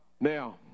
Now